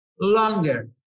longer